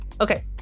Okay